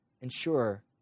ensure